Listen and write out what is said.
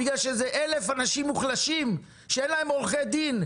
בגלל שזה 1,000 אנשים מוחלשים שאין להם עורכי דין,